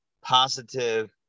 positive